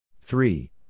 three